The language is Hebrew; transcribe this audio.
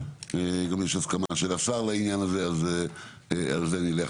גם של השר ונלך על זה.